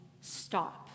stop